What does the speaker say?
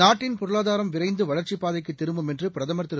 நாட்டின் பொருளாதாரம் விரைந்து வளா்ச்சிப்பாதைக்கு திரும்பும் என்று பிரதம் திரு